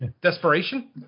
desperation